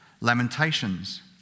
Lamentations